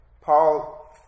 Paul